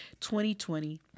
2020